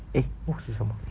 eh 我是什么